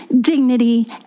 dignity